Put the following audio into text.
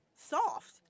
soft